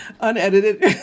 unedited